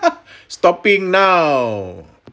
stopping now